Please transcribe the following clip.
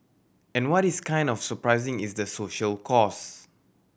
and what is kind of surprising is the social cost